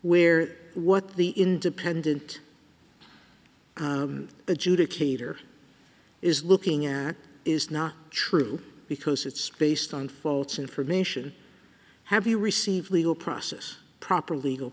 where what the independent adjudicator is looking at is not true because it's based on false information have you received legal process proper legal